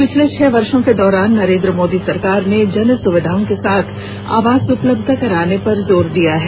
पिछले छह वर्षों के दौरान नरेन्द्र मोदी सरकार ने जन सुविधाओं के साथ आवास उपलब्ध कराने पर जोर दिया है